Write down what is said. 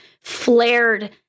flared